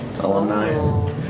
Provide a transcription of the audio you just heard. Alumni